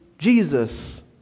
Jesus